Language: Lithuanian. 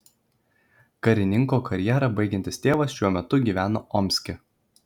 karininko karjerą baigiantis tėvas šiuo metu gyvena omske